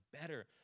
better